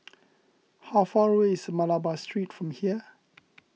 how far away is Malabar Street from here